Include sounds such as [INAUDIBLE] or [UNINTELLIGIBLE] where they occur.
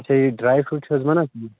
اَچھا یہِ dry fruit چھِ حظ بنان [UNINTELLIGIBLE]